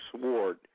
sword